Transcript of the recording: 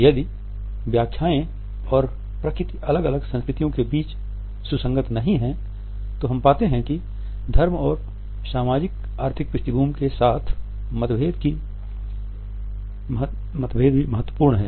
यदि व्याख्याएं और प्रकृति अलग अलग संस्कृतियों के बीच सुसंगत नहीं हैं तो हम पाते हैं कि धर्म और सामाजिक आर्थिक पृष्ठभूमि के साथ मतभेद भी महत्वपूर्ण हैं